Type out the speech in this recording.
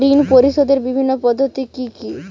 ঋণ পরিশোধের বিভিন্ন পদ্ধতি কি কি?